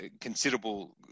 considerable